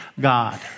God